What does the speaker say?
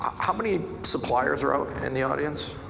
how many suppliers are out in the audience?